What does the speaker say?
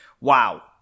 Wow